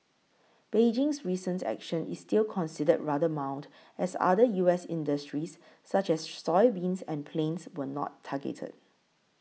Beijing's recent action is still considered rather mild as other U S industries such as soybeans and planes were not targeted